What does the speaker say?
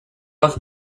was